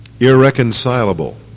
Irreconcilable